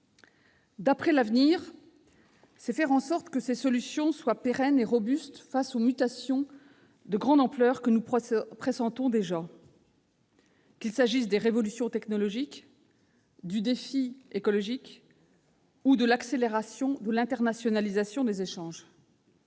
d'après l'avenir », c'est faire en sorte que les solutions soient pérennes et robustes face aux mutations de grande ampleur que nous pressentons déjà, qu'il s'agisse des révolutions technologiques, du défi écologique ou de l'accélération de l'internationalisation des échanges.